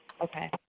Okay